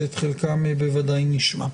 שאת חלקם בוודאי נשמע.